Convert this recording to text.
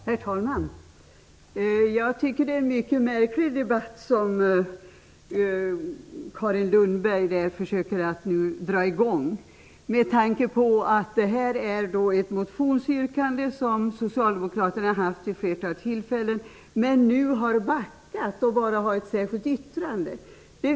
Herr talman! Jag tycker att det är en mycket märklig debatt som Carin Lundberg försöker att få i gång. Detta är ju ett motionsyrkande som socialdemokraterna har haft vid ett flertal tillfällen. Nu har man emellertid backat och bara avgett ett särskilt yttrande.